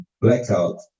blackout